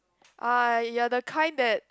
orh you're the kind that